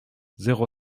zéro